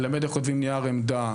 ללמד איך כותבים נייר עמדה,